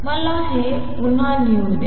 मला हे पुन्हा लिहू द्या